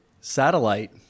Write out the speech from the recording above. satellite